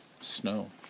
snow